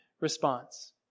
response